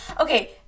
Okay